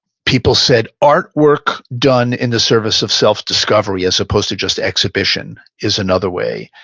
people said artwork done in the service of self discovery as opposed to just exhibition is another way.